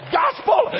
gospel